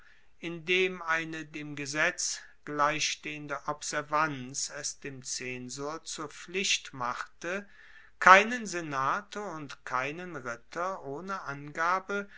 indem eine dem gesetz gleichstehende observanz es dem zensor zur pflicht machte keinen senator und keinen ritter ohne angabe